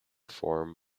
form